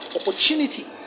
opportunity